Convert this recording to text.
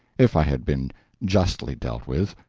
if i had been justly dealt with.